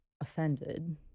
offended